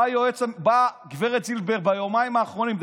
באה גב' זילבר ביומיים האחרונים,